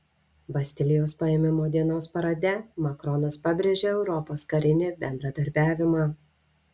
bastilijos paėmimo dienos parade macronas pabrėžė europos karinį bendradarbiavimą